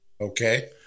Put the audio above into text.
Okay